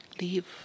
leave